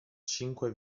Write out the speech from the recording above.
cinque